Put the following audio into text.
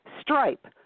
Stripe